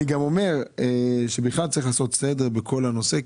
אני גם אומר שצריך לעשות סדר בכל הנושא.